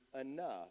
enough